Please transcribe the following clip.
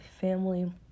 family